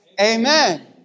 Amen